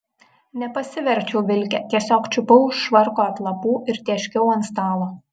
nepasiverčiau vilke tiesiog čiupau už švarko atlapų ir tėškiau ant stalo